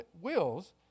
wills